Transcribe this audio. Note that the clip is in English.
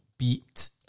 Beat